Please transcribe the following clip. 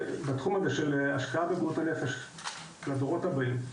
בתחום הזה של השקעה בבריאות הנפש לדורות הבאים,